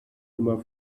immer